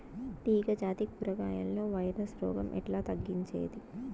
తీగ జాతి కూరగాయల్లో వైరస్ రోగం ఎట్లా తగ్గించేది?